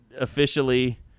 officially